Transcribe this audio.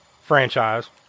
franchise